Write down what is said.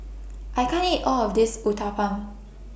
I can't eat All of This Uthapam